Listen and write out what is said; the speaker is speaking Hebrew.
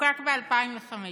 שחוקק ב-2015,